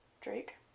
Drake